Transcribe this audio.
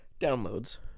downloads